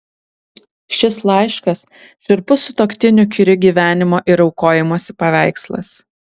šis laiškas šiurpus sutuoktinių kiuri gyvenimo ir aukojimosi paveikslas